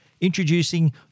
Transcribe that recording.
Introducing